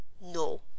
no